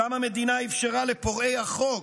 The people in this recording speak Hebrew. שם המדינה אפשרה לפורעי החוק